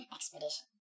Expedition